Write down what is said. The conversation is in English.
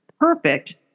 Perfect